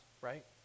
right